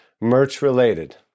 merch-related